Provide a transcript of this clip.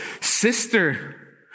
Sister